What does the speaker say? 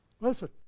Listen